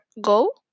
go